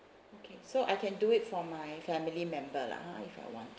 okay so I can do it for my family member lah ah if I want to